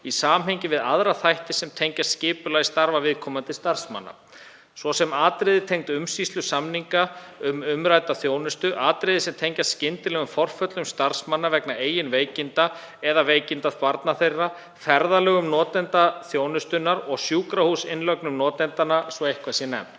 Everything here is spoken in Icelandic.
í samhengi við aðra þætti sem tengjast skipulagi starfa viðkomandi starfsmanna, svo sem atriði tengd umsýslu samninga um umrædda þjónustu, atriði sem tengjast skyndilegum forföllum starfsmanna vegna eigin veikinda eða veikinda barna þeirra, ferðalögum notenda þjónustunnar og sjúkrahúsinnlögnum notendanna, svo eitthvað sé nefnt.